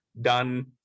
done